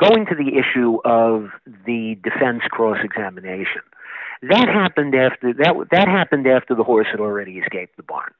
going to the issue of the defense cross examination that happened after that one that happened after the horse had already escaped the barn